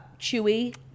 Chewy